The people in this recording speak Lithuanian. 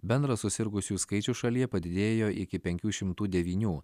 bendras susirgusiųjų skaičius šalyje padidėjo iki penkių šimtų devynių